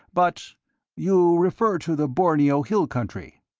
but you refer to the borneo hill-country?